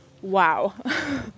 Wow